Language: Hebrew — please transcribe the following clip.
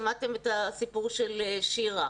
שמעתם את הסיפור של שירה,